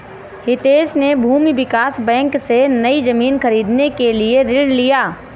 हितेश ने भूमि विकास बैंक से, नई जमीन खरीदने के लिए ऋण लिया